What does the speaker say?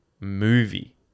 movie